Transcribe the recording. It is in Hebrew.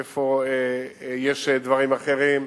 איפה יש דברים אחרים.